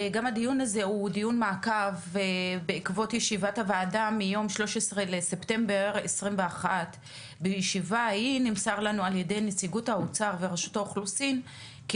גם הדיון הזה הוא דיון מעקב בעקבות ישיבת הוועדה מיום 13.9.21. בישיבה ההיא נמסר לנו על ידי נציגות האוצר ורשות האוכלוסין כי